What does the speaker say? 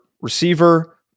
receiver